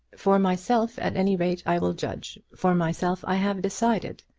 for myself at any rate i will judge. for myself i have decided.